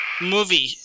movie